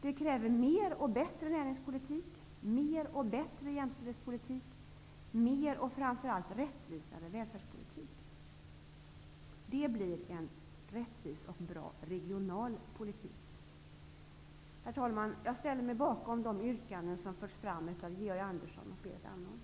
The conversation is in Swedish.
Vi kräver mer och bättre näringspolitik, mer och bättre jämställdhetspolitik och framför allt mer och rättvisare välfärdspolitik. Det skulle därigenom bli en rättvis och bra regional politik. Herr talman! Jag ställer mig bakom de yrkanden som har förts fram av Georg Andersson och Berit